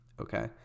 okay